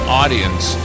audience